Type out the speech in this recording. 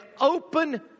open